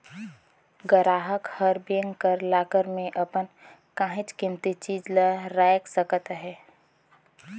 गराहक हर बेंक कर लाकर में अपन काहींच कीमती चीज ल राएख सकत अहे